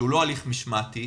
שהוא לא הליך משמעתי,